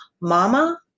mama